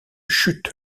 chute